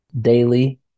daily